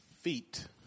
feet